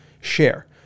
share